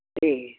ਅਤੇ